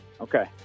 Okay